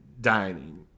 dining